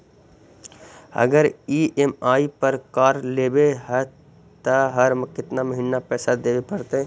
अगर ई.एम.आई पर कार लेबै त हर महिना केतना पैसा देबे पड़तै?